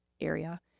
area